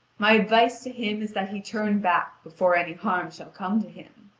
my advice to him is that he turn back before any harm shall come to him.